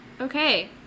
Okay